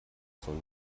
soll